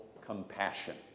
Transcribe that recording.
compassion